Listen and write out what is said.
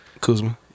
Kuzma